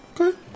okay